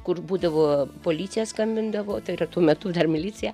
kur būdavo policija skambindavo tai yra tuo metu dar milicija